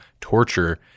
torture